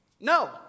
No